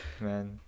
man